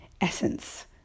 essence